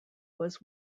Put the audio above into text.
was